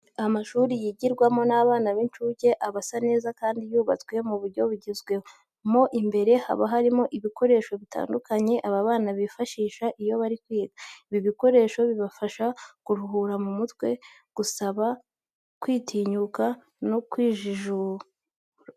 Amashuri yigirwamo n'abana b'incuke aba asa neza kandi yubatswe mu buryo bugezweho. Mo imbere haba harimo ibikoresho bitandukanye aba bana bifashisha iyo bari kwiga. Ibi bikoresho bibafasha kuruhura mu mutwe, gusabana, kwitinyuka ndetse no kujijuka.